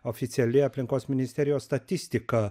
oficiali aplinkos ministerijos statistika